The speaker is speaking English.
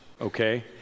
okay